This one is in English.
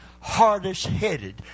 hardest-headed